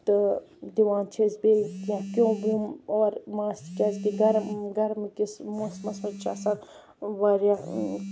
تہٕ دِوان چھِ أسۍ بیٚیہِ کیٚنٛہہ کیٚوم وِیُم اورٕ ما آسہَ کیازِ کہِ گَرم گَرمہٕ کِس موسمَس منٛز چھِ آسان واریاہ